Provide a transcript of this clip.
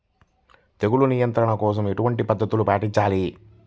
తెగులు నియంత్రణ కోసం ఎలాంటి పద్ధతులు పాటించాలి?